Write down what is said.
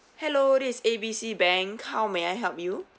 hello this is A B C bank how may I help you